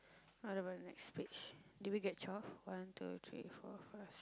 what about the next page do we get twelve one two three four five six